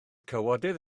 cawodydd